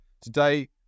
Today